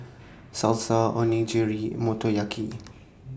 Salsa Onigiri Motoyaki